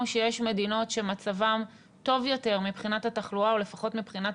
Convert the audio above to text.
שיש מדינות שמצבן טוב יותר מבחינת התחלואה,